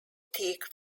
teak